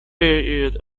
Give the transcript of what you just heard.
period